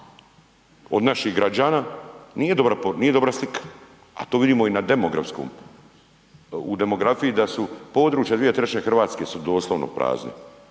dobra poruka, nije dobra slika, a to vidimo i na demografskom, u demografiji da su područja 2/3 RH su doslovno prazne,